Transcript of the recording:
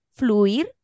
Fluir